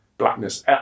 blackness